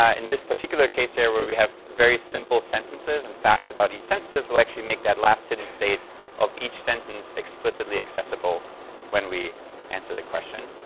ah in this particular case here where we have very simple sentences and facts about each sentences, we'll actually make that last hidden state of each sentence explicitly accessible when we answer the question.